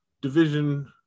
division